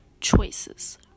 choices